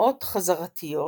בדוגמאות חזרתיות,